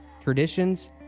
traditions